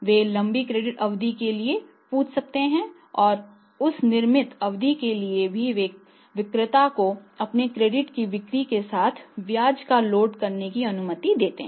वे लंबी क्रेडिट अवधि के लिए पूछ सकते हैं और उस निर्मित अवधि के लिए भी वे विक्रेता को अपने क्रेडिट की बिक्री के साथ ब्याज को लोड करने की अनुमति देते हैं